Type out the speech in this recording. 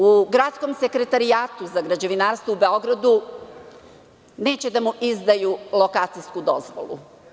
U Gradskom sekretarijatu za građevinarstvo u Beogradu neće da mu izdaju lokacijsku dozvolu.